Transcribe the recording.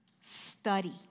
study